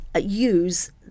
use